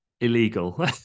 illegal